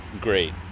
great